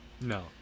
No